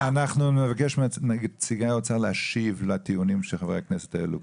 אנחנו נבקש מנציגי האוצר להשיב לטיעונים שחברי הכנסת העלו פה.